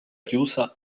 chiusa